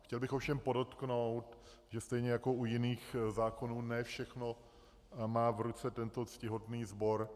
Chtěl bych ovšem podotknout, že stejně jako u jiných zákonů ne všechno má v ruce tento ctihodný sbor.